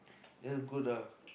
that's good ah